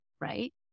right